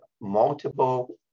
multiple